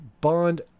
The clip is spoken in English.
Bond